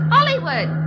Hollywood